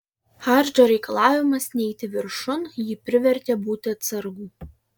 hardžio reikalavimas neiti viršun jį privertė būti atsargų